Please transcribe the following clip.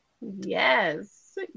Yes